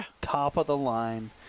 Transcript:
top-of-the-line